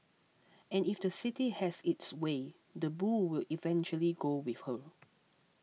and if the city has its way the bull will eventually go with her